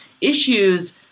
Issues